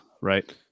right